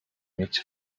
mieć